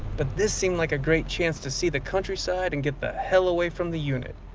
but this seemed like a great chance to see the countryside and get the hell away from the unit,